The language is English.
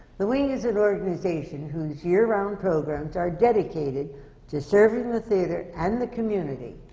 the wing is an organization whose year-round programs are dedicated to serving and the theatre and the community.